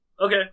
Okay